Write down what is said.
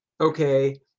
Okay